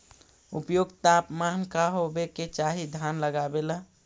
उपयुक्त तापमान का होबे के चाही धान लगावे ला?